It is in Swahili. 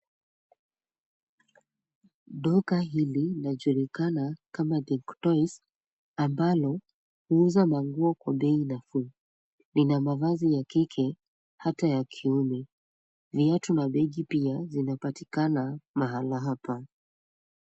Duka hili lajulikana kama Think twice ambalo huuza manguo kwa bei nafuu. Lina mavazi ya kike hata ya kiume. Viatu na begi pia zinapatikana mahala hapa.